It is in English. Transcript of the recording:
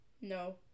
no